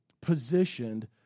positioned